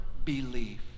belief